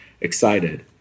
excited